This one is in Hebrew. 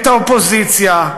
את האופוזיציה,